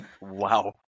Wow